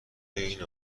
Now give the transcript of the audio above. این